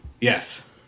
yes